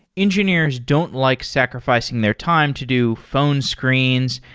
engineers don't like sacrificing their time to do phone screens,